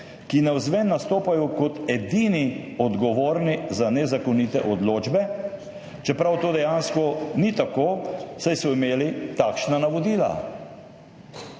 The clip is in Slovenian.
ki navzven nastopajo kot edini odgovorni za nezakonite odločbe, čeprav to dejansko ni tako, saj so imeli takšna navodila.